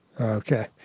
Okay